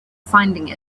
finding